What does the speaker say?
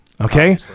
Okay